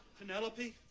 Penelope